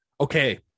Okay